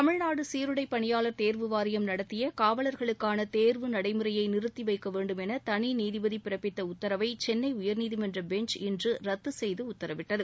தமிழ்நாடு சீருடை பணியாளர் தேர்வு வாரியம் நடத்திய காவலர்களுக்கான தேர்வு நடைமுறையை நிறுத்தி வைக்க வேண்டும் என தனி நீதிபதி பிறப்பித்த உத்தரவை சென்னை உயர்நீதிமன்ற பெஞ்ச் இன்று ரத்து செய்து உத்தரவிட்டது